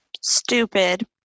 stupid